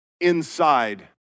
inside